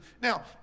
Now